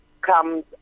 comes